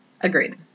Agreed